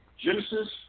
Genesis